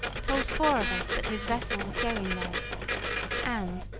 told four of us that his vessel was going there and,